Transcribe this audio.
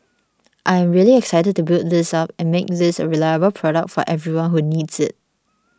I really excited to build this up and make this a reliable product for everyone who needs it